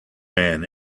man